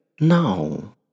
No